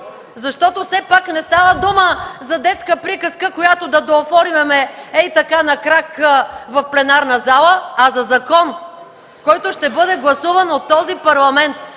защото все пак не става дума за детска приказка, която да доофомяме ей-така на крак в пленарната зала, а за закон, който ще бъде гласуван от този парламент.